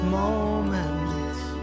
moments